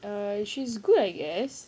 err she is good I guess